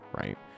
right